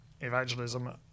evangelism